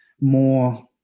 more